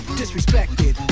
disrespected